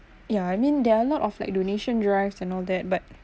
yeah I mean there are a lot of like donation drives and all that but